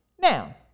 Now